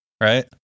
right